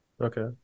Okay